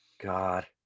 God